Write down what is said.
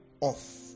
off